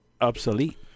Obsolete